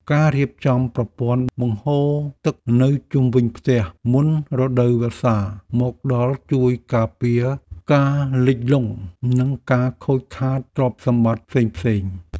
ការរៀបចំប្រព័ន្ធបង្ហូរទឹកនៅជុំវិញផ្ទះមុនរដូវវស្សាមកដល់ជួយការពារការលិចលង់ និងការខូចខាតទ្រព្យសម្បត្តិផ្សេងៗ។